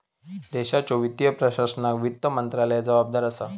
देशाच्यो वित्तीय प्रशासनाक वित्त मंत्रालय जबाबदार असा